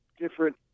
different